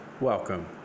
welcome